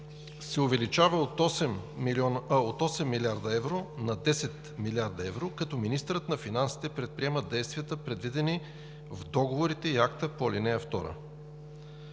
се увеличава от 8 млрд. евро на 10 млрд. евро, като министърът на финансите предприема действията, предвидени в договорите и акта по ал. 2“.